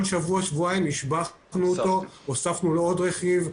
שבוע-שבועיים השבחנו והוספנו עוד רכיב,